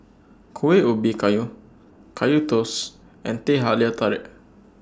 Kueh Ubi Kayu Kaya Toast and Teh Halia Tarik